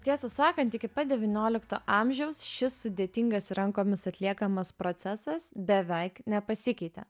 tiesą sakant iki pat devyniolikto amžiaus šis sudėtingas ir rankomis atliekamas procesas beveik nepasikeitė